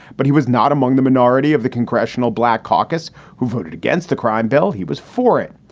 but he was not among the minority of the congressional black caucus who voted against the crime bill. he was for it.